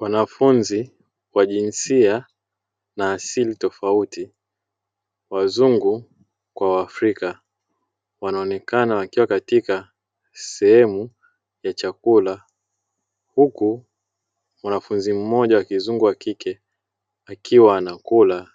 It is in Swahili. Wanafunzi wa jinsia na asili tofauti wazungu kwa waafrika wanaonekana wakiwa katika sehemu ya chakula; huku mwanafunzi mmoja wa kizungu wakike akiwa anakula